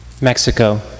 Mexico